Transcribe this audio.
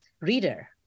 reader